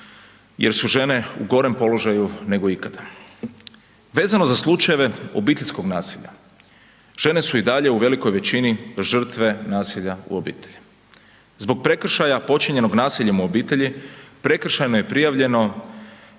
jer su žene u gorem položaju nego ikada. Vezano za slučajeve obiteljskog nasilja žene su i dalje u velikoj većini žrtve nasilja u obitelji. Zbog prekršaja počinjenog nasiljem u obitelji prekršajno je prijavljeno